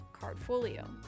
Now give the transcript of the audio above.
Cardfolio